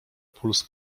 puls